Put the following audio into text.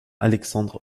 alexandre